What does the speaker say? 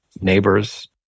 neighbors